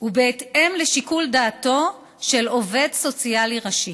ובהתאם לשיקול דעתו של עובד סוציאלי ראשי.